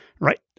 Right